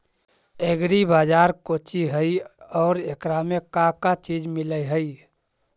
Agri बाजार कोची हई और एकरा में का का चीज मिलै हई?